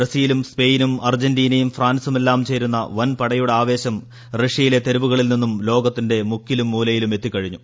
ബ്രസീലും സ്പെയിനും അർജന്റീനയും ഫ്രാൻസുമെല്ലാം ചേരുന്ന വൻ പടയുടെ ആവേശം റഷ്യയിലെ തെരുവുകളിൽ നിന്നും ലോകത്തിന്റെ മുക്കിലും മൂലയിലുമെത്തിക്കഴിഞ്ഞു